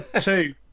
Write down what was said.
Two